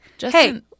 Hey